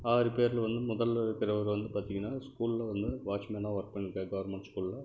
ஆறு பேரில் வந்து முதல்ல இருக்கிறவர் வந்து பார்த்தீங்ன்னா ஸ்கூலில் வந்து வாட்ச்மேனாக ஒர்க் பண்ணுறாரு கவுர்மென்ட் ஸ்கூலில்